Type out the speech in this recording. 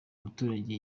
umuturage